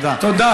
תודה.